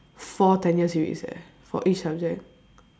four ten year series eh for each subject